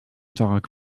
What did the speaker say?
dog